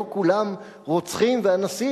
לא כולם רוצחים ואנסים.